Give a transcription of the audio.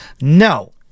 No